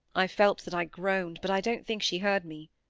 i felt that i groaned, but i don't think she heard me.